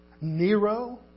Nero